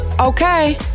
Okay